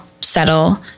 settle